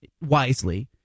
wisely